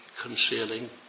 concealing